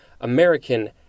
American